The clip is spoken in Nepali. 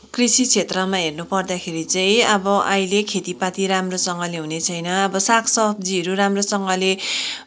कृषि क्षेत्रमा हर्नुपर्दाखेरि चाहिँ अब अहिले खेतीपाती राम्रोसँगले हुनेछैन अब सागसब्जीहरू राम्रोसँगले